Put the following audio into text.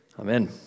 Amen